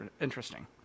interesting